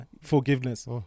Forgiveness